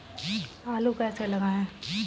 आलू कैसे लगाएँ?